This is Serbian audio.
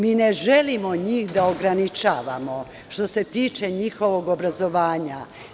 Mi ne želimo njih da ograničavamo što se tiče njihovog obrazovanja.